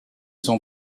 son